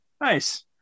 Nice